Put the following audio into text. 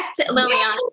Liliana